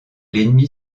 l’ennemi